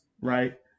right